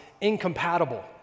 incompatible